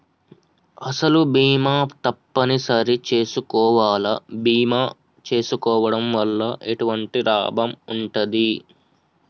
అసలు బీమా తప్పని సరి చేసుకోవాలా? బీమా చేసుకోవడం వల్ల ఎటువంటి లాభం ఉంటది?